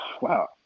wow